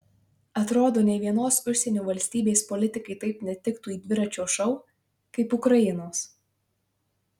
atrodo nė vienos užsienio valstybės politikai taip netiktų į dviračio šou kaip ukrainos